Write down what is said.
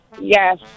Yes